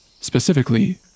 specifically